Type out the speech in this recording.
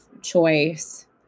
choice